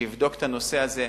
שיבדוק את הנושא הזה.